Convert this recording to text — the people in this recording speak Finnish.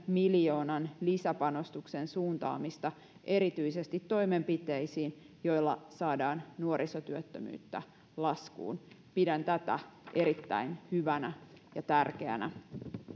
miljoonan lisäpanostuksen suuntaamista erityisesti toimenpiteisiin joilla saadaan nuorisotyöttömyyttä laskuun pidän tätä erittäin hyvänä ja tärkeänä